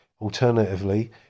Alternatively